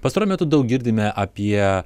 pastaruoju metu daug girdime apie